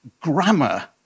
grammar